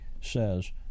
says